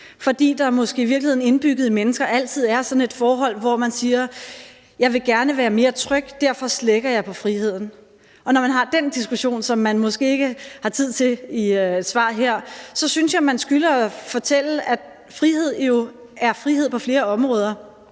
fordi der jo måske i virkeligheden indbygget i mennesker altid er sådan et forhold, hvor man siger: Jeg vil gerne være mere tryg, derfor slækker jeg på friheden. Og når man har den diskussion, som man måske ikke har tid til i et svar her, så synes jeg, at man skylder at fortælle, at frihed jo er frihed på flere områder.